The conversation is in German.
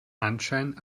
anschein